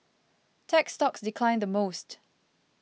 tech stocks declined the most